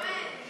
להעביר את